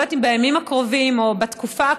אני לא יודעת אם בימים הקרובים או בתקופה הקרובה,